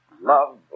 Love